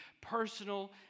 personal